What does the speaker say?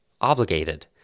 obligated